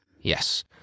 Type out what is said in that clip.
Yes